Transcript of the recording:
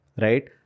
Right